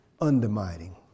undermining